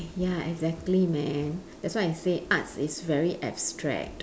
ya exactly man that's why I say arts is very abstract